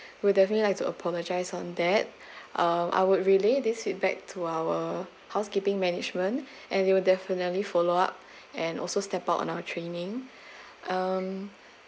we definitely like to apologize on that um I would relay this feedback to our housekeeping management and they will definitely follow up and also step up on our training um